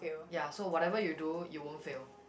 ya so whatever you do you won't fail